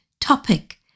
topic